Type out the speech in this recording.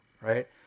right